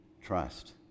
trust